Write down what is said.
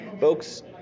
Folks